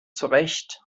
zurecht